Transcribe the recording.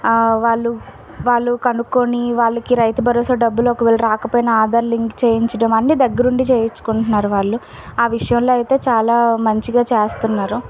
వాళ్ళు వాళ్ళు కనుక్కొని వాళ్ళకి రైతు భరోసా డబ్బులు ఒకవేళ రాకపోయినా ఆధార్ లింక్ చేయించడం అన్నీ దగ్గరుండి చేయించుకుంటున్నారు వాళ్ళు ఆ విషయంలో అయితే చాలా మంచిగా చేస్తున్నారు